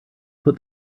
put